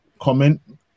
comment